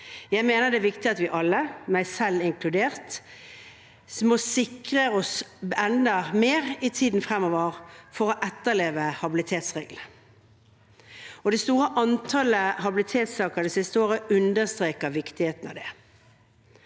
Jeg mener det er viktig at vi alle, meg selv inkludert, må sikre oss enda mer i tiden fremover for å etterleve habilitetsreglene. Det store antallet habilitetssaker det siste året understreker viktigheten av det.